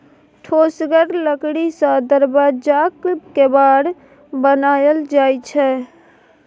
ठोसगर लकड़ी सँ दरबज्जाक केबार बनाएल जाइ छै